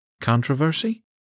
Controversy